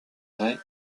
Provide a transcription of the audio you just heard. ray